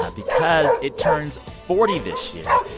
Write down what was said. ah because it turns forty this year.